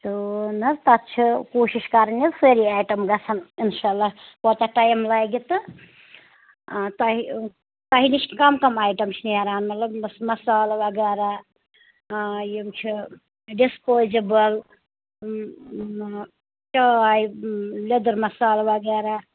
تہٕ نہٕ حظ تَتھ چھِ کوٗشِش کرٕنۍ حظ سٲری آیٹَم گژھَن اِنشاء اللہ کوتاہ ٹایِم لگہِ تہٕ تۄہہِ تۄہہِ نِش کَم کَم آیٹَم چھِ نیران مطلب مَس مصالہٕ وغیرہ یِم چھِ ڈِسپوزِبٕل چاے لیٚدٕر مصالہٕ وغیرہ